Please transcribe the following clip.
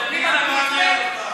מדברות,